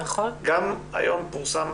גם היום פורסם,